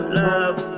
love